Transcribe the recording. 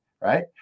right